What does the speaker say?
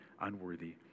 unworthy